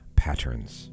patterns